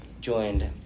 joined